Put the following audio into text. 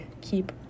Keep